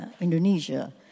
Indonesia